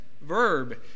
verb